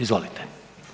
Izvolite.